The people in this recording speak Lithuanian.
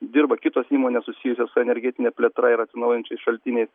dirba kitos įmonės susijusios su energetine plėtra ir atsinaujinančiais šaltiniais